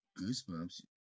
Goosebumps